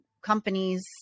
companies